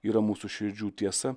yra mūsų širdžių tiesa